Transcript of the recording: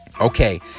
Okay